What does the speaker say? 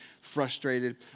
frustrated